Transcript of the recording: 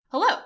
Hello